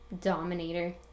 Dominator